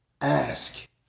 Ask